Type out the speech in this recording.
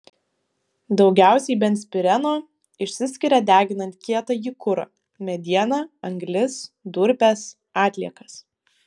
daugiausiai benzpireno išsiskiria deginant kietąjį kurą medieną anglis durpes atliekas